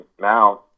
now